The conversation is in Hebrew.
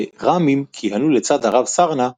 כר"מים כיהנו לצד הרב סרנא,